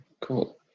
cool